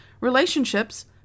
Relationships